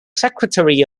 secretary